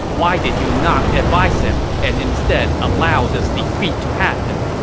why did you not advise him and instead allowed this defeat to happen?